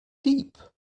deep